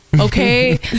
Okay